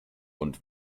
und